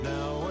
Now